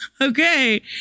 Okay